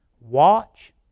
watch